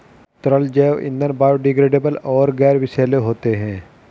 तरल जैव ईंधन बायोडिग्रेडेबल और गैर विषैले होते हैं